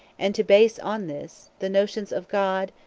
and to base on this, the notions of god,